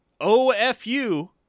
OFU